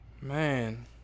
Man